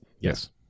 Yes